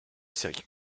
série